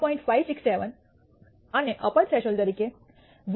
567 અને upper threshold તરીકે 1